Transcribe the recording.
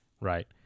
right